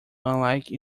unlike